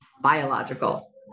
biological